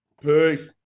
Peace